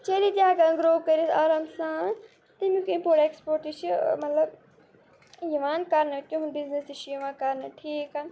چیٚری تہِ ہٮ۪کان گرٛوٗ کٔرِتھ آرام سان تَمیُک اِمپورٹ ایکٕسپورٹ تہِ چھُ مطلب یِوان کَرنہٕ تِہُنٛد بِزنِس تہِ چھُ یِوان کَرنہٕ ٹھیٖک